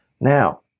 Now